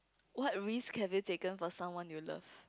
what risk have you taken for someone you love